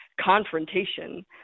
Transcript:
confrontation